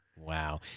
Wow